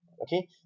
Okay